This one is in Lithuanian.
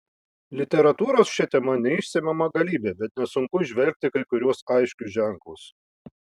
literatūros šia tema neišsemiama galybė bet nesunku įžvelgti kai kuriuos aiškius ženklus